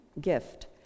gift